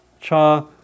Cha